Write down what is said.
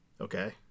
Okay